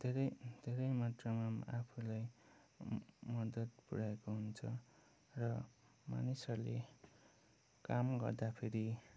धेरै धेरै मात्रामा आफूलाई मदद् पुऱ्याएको हुन्छ र मानिसहरूले काम गर्दाखेरि